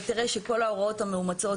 אתה תראה שכל ההוראות המאומצות,